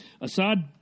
Assad